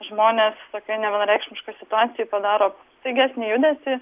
žmonės tokie nevienareikšmiškoj situacijoj padaro staigesnį judesį